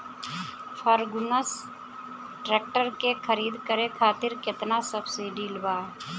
Ferguson tractor के खरीद करे खातिर केतना सब्सिडी बा?